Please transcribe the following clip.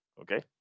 okay